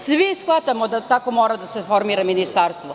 Svi shvatamo da tako mora da se formira ministarstvo.